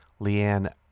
Leanne